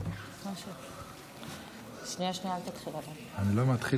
אני שמחה להביא היום לאישור